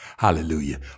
Hallelujah